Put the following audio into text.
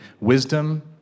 wisdom